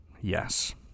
Yes